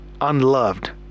unloved